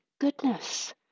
goodness